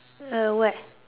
err where